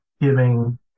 giving